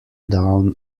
down